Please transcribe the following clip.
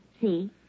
See